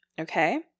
okay